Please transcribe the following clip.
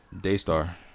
Daystar